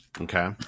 Okay